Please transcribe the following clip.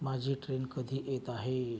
माझी ट्रेन कधी येत आहे